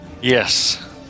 Yes